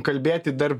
kalbėti dar